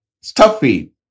stuffy